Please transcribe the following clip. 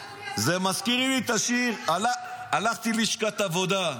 זה מזכיר לי את השיר "הלכתי לשכת העבודה",